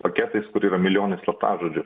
paketais kur yra milijonai slaptažodžių